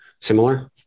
similar